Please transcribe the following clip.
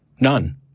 None